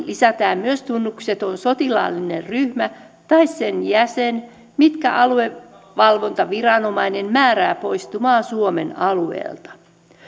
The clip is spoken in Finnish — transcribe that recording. lisätään myös tunnukseton sotilaallinen ryhmä tai sen jäsen mitkä aluevalvontaviranomainen määrää poistumaan suomen alueelta kolmannessakymmenennessäneljännessä